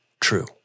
true